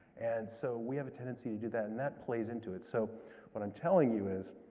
and so we have a tendency to do that. and that plays into it. so what i'm telling you is,